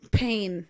pain